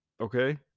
okay